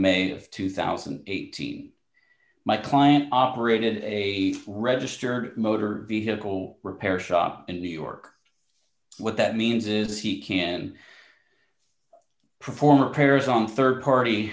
may of two thousand and eight my client operated a registered motor vehicle repair shop in new york what that means is he can perform repairs on rd party